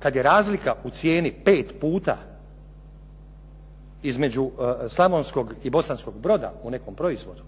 Kada je razlika u cijeni 5 puta između Slavonskog i Bosanskog Broda u nekom proizvodu,